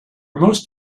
most